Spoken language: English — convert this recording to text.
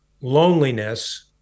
loneliness